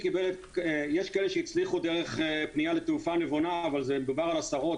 יש כאלה שהצליחו דרך פנייה ל"תעופה נבונה" אבל מדובר על עשרות,